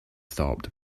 stopped